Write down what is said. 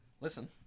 Listen